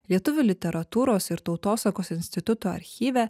lietuvių literatūros ir tautosakos instituto archyve